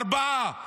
ארבעה.